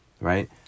right